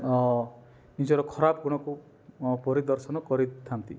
ନିଜର ଖରାପ ଗୁଣକୁ ପରିଦର୍ଶନ କରିଥାନ୍ତି